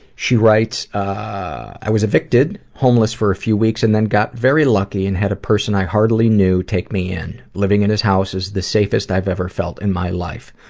she writes, i was evicted, homeless for a few weeks and then got very lucky and had a person i hardly knew take me in. living in his house is the safest i ever felt in my life.